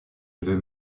veux